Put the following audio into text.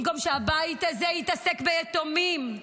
במקום שהבית הזה יתעסק ביתומים,